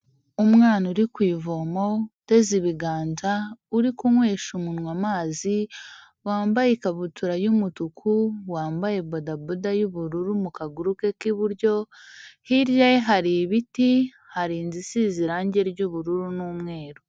Umwana uri ku ivomo uteze ibiganza, uri kunywesha umunwa amazi, wambaye ikabutura y'umutuku, wambaye bodaboda y'ubururu mu kaguru ke k'iburyo, hirya hari ibiti hari inzu isize irangi ry'ubururu n'umweru.